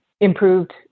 improved